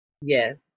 Yes